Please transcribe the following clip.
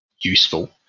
useful